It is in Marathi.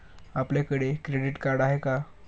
आपल्याकडे क्रेडिट कार्ड आहे का?